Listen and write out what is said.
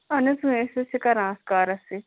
اَہَن حظ أسۍ حظ چھِ کران اَتھ کارَس سۭتۍ